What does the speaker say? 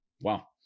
Wow